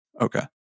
Okay